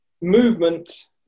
movement